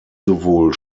sowohl